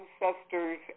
Ancestors